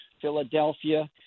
Philadelphia